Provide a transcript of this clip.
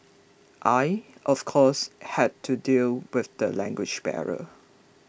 I of course had to deal with the language barrier